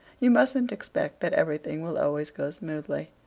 you mustn't expect that everything will always go smoothly.